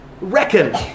reckon